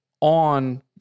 on